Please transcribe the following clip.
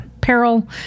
peril